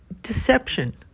deception